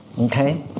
okay